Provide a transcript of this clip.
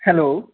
hello